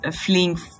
fleeing